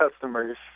customers